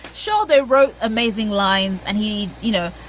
sure, they wrote amazing lines. and he you know,